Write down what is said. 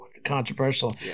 controversial